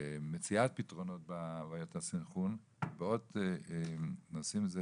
במציאת פתרונות בבעיות הסנכרון ועוד נושאים, זה